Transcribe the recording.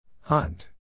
Hunt